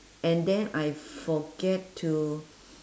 and then I forget to